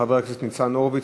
חבר הכנסת ניצן הורוביץ,